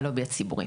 הלובי הציבורי.